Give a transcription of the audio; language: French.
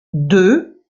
deux